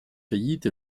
faillite